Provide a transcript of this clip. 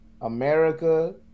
America